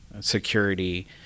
security